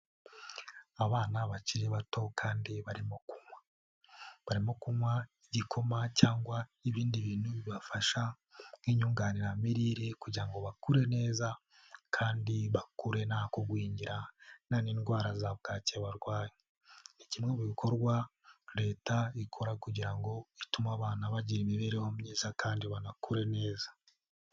abana bakiri bato kandi barimo kunywa. Barimo kumuha igikoma cyangwa ibindi bintu bibafasha nk'inyunganiramirire kugira ngo bakure neza kandi bakure nta kugwingira, nta n'indwara za bwaki barwaye. Ni kimwe mu bikorwa leta ikora kugira ngo itume abana bagira imibereho myiza kandi banakure neza.